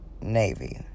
navy